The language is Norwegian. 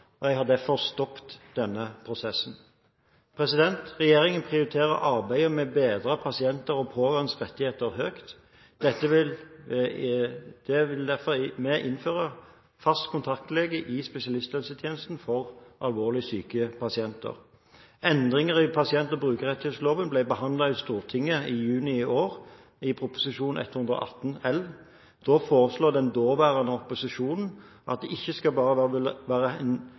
Jeg har derfor stoppet denne prosessen. Regjeringen prioriterer arbeidet med å bedre pasienters og pårørendes rettigheter høyt. Derfor vil vi innføre en fast kontaktlege i spesialisthelsetjenesten for alvorlig syke pasienter. Endringer i pasient- og brukerrettighetsloven ble behandlet i Stortinget i juni i år, i Prop. 118 L. Da foreslo den daværende opposisjonen at det ikke bare skulle være